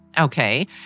Okay